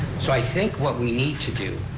so i think what we need to do,